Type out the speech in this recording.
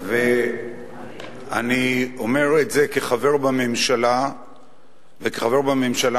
אני אומר את זה כחבר בממשלה וכחבר בממשלה